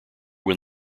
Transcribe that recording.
when